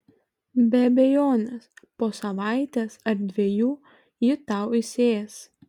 be abejonės po savaitės ar dviejų ji tau įsiės